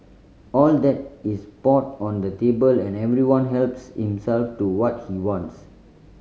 all that is poured on the table and everyone helps himself to what he wants